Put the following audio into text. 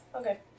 Okay